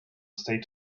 state